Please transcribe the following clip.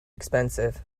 expensive